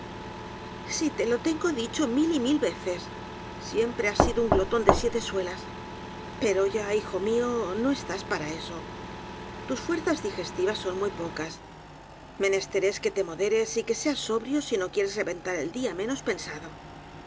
si te lo tengo dicho mil y mil veces siempre lias sido un glotón de siete suelas pero ya hijo mío no estás para eso tus fuerzas digestivas son muy pocas menester es que te moderes y que seas sobrio si no quieres reventar el día menos pensado